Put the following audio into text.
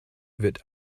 wird